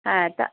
হ্যাঁ তা